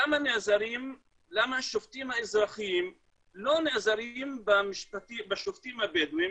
למה השופטים האזרחיים לא נעזרים בשופטים הבדואים?